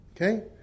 Okay